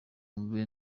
wumve